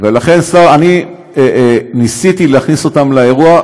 ולכן אני ניסיתי להכניס אותם לאירוע,